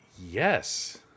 Yes